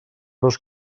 dos